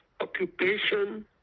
occupation